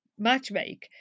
matchmake